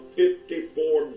fifty-four